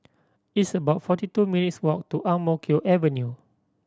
it's about forty two minutes' walk to Ang Mo Kio Avenue